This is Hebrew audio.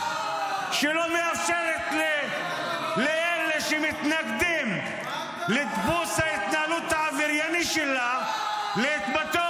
שלא מאפשרת לאלה שמתנגדים לדפוס ההתנהלות העברייני שלה להתבטא